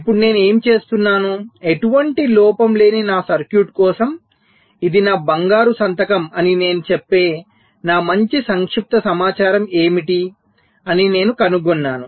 ఇప్పుడు నేను ఏమి చేస్తున్నాను ఎటువంటి లోపం లేని నా సర్క్యూట్ కోసం ఇది నా బంగారు సంతకం అని నేను చెప్పే నా మంచి సంక్షిప్త సమాచారం ఏమిటి అని నేను కనుగొన్నాను